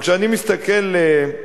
כשאני מסתכל, נו,